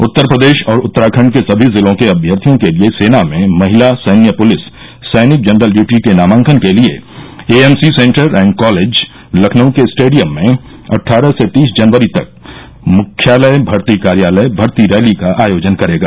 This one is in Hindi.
उत्तर प्रदेश और उत्तराखंड के सभी जिलों के अम्यर्थियों के लिए सेना में महिला सैन्य पुलिस सैनिक जनरल ड्यूटी के नामांकन के लिए AMC centre and college Lucknow के स्टेडियम में अट्ठारह से तीस जनवरी तक मुख्यालय भर्ती कार्यालय भर्ती रैली का आयोजन करेगा